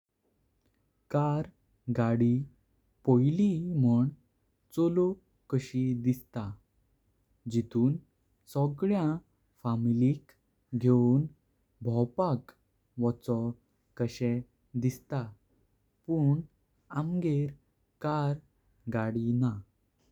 Car गाडी पॉयली मुन चलो काशी दिस्ता। जिथून सग्ल्यान फामिलिक घेण धोवपाक वच कोशेण दिस्ता। पुण आमगेर कार गाडी ना।